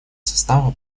состава